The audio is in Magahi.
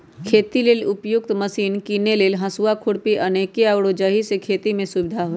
खेती लेल उपयुक्त मशिने कीने लेल हसुआ, खुरपी अनेक आउरो जाहि से खेति में सुविधा होय